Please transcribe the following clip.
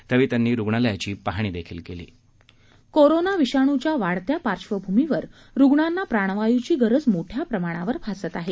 यावेळी त्यांनी रुग्णालयाची पाहणी देखील केली कोरोना विषाणूच्या वाढत्या पार्श्वभूमीवर रुग्णांना प्राणवायूची गरज मोठ्या प्रमाणावर भासत आहे